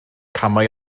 camau